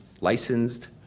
licensed